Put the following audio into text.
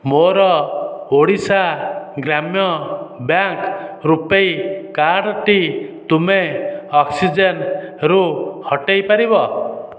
ମୋର ଓଡ଼ିଶା ଗ୍ରାମ୍ୟ ବ୍ୟାଙ୍କ ରୂପୈ କାର୍ଡ଼୍ଟି ତୁମେ ଅକ୍ସିଜେନ୍ରୁ ହଟାଇ ପାରିବ